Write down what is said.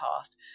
past